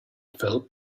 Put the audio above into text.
felt